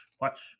watch